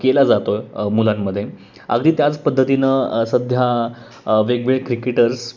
केला जातो आहे मुलांमध्ये अगदी त्याच पद्धतीनं सध्या वेगवेगळे क्रिकेटर्स